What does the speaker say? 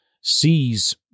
sees